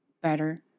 better